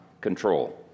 control